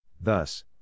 Thus